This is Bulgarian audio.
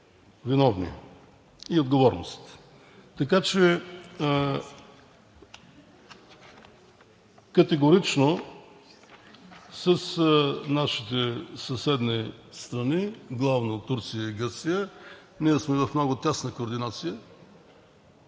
виновни и отговорност. Категорично с нашите съседни страни, главно Турция и Гърция, сме в много тясна координация,